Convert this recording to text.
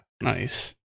Nice